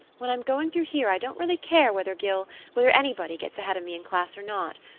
when i'm going through here i don't really care whether gil whether anybody gets ahead of me in class or not.